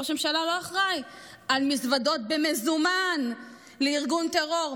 ראש הממשלה לא אחראי למזוודות במזומן לארגון טרור.